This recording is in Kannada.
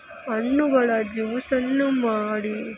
ಹಣ್ಣುಗಳ ಜೂಸನ್ನು ಮಾಡಿ